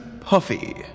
Puffy